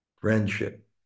friendship